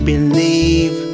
believe